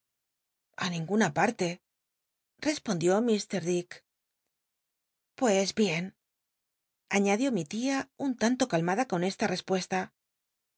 a ninguna parle respondió ir dick pues bien añadió mi tia un tanto e imada con esta respuesta